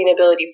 sustainability